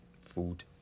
food